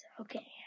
Okay